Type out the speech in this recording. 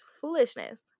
foolishness